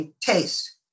taste